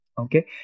okay